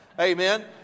amen